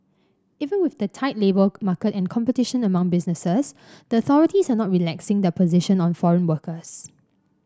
even with the tight labour market and competition among businesses the authorities are not relaxing their position on foreign workers